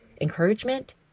encouragement